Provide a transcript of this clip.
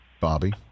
Bobby